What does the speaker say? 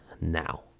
now